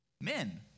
Men